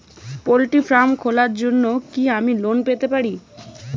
Poultry farm খোলার জন্য কি আমি লোন পেতে পারি?